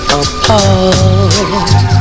apart